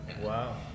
Wow